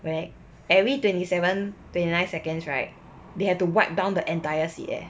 right every twenty seven twenty nine seconds right they had to wipe down the entire seat eh